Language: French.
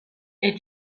est